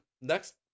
next